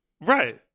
Right